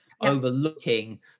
overlooking